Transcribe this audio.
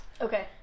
Okay